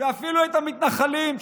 ואפילו את המתנחלים,